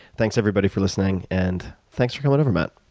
thanks everybody for listening and thanks for coming over, matt.